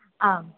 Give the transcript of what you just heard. आम्